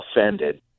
offended